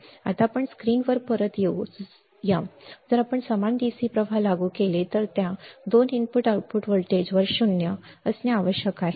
आता आपण स्क्रीनवर परत येऊ या जर आपण समान DC प्रवाह लागू केले तर त्या 2 इनपुट आउटपुट व्होल्टेजवर 0 बरोबर असणे आवश्यक आहे